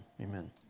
amen